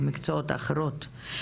מקצועות אחרים.